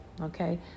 okay